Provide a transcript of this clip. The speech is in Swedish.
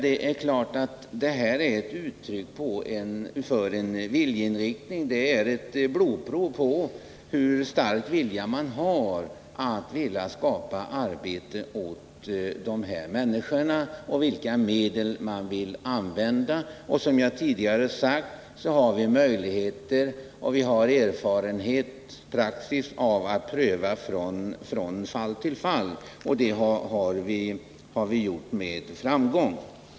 Det är klart att det här är ett uttryck för en viljeinriktning, att det är ett blodprov-—på hur stark viljan är att skapa arbete åt de människor som det här är fråga om och vilka medel man sedan skall använda. Som jag tidigare sagt har vi möjligheter till — och vi har även erfarenheter av — att med prövningar från fall till fall finna lösningar. Sådana har vi gjort med framgång.